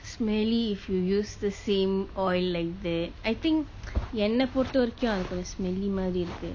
smelly if you use the same oil like there I think என்ன பொருத்த வரைக்கு அது கொஞ்சோ:yenna poruththa varaikku athu konjsoo smelly மாரி இருக்கு:maari irukku